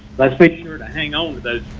let's make sure to hang out with those.